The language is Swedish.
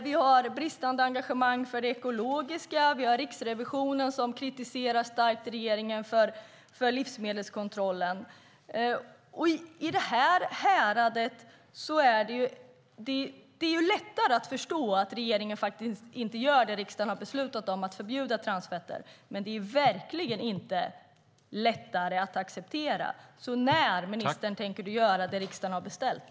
Vi har bristande engagemang för det ekologiska. Vi har Riksrevisionen som starkt kritiserar regeringen för livsmedelskontrollen. I detta härad är det lättare att förstå att regeringen faktiskt inte gör det som riksdagen har beslutat om, nämligen att förbjuda transfetter. Men det är verkligen inte lättare att acceptera. Därför undrar jag: När tänker ministern göra det som riksdagen har beställt?